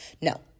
No